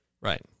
Right